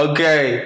Okay